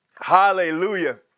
Hallelujah